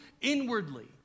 inwardly